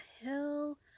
hill